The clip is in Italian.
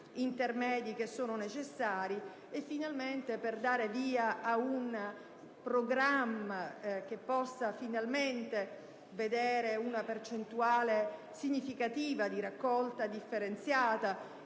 intermedi che sono necessari - e per dare il via ad un programma che possa finalmente vedere una percentuale significativa di raccolta differenziata,